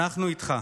אנחנו איתך.